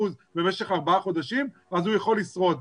במשך ארבעה חודשים אז הוא יכול לשרוד.